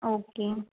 okay